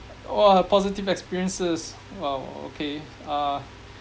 !wah! positive experiences !wow! okay uh